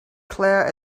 clare